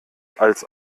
als